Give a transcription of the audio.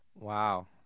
Wow